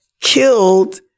killed